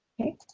Okay